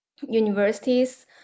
universities